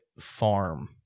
farm